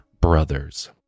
brothers